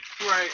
Right